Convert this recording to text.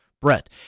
Brett